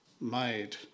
made